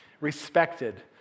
Respected